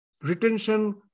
retention